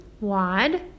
Wad